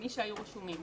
מי שהיו רשומים.